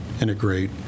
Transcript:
integrate